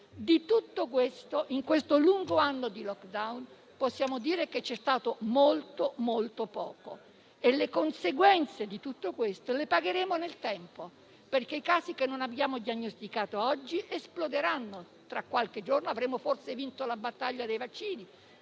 Di tutto questo, in questo lungo anno di *lockdown*, possiamo dire che c'è stato davvero molto poco e le conseguenze di tutto ciò le pagheremo nel tempo, perché i casi che non abbiamo diagnosticato oggi esploderanno tra qualche giorno. Avremo forse vinto la battaglia dei vaccini,